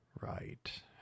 Right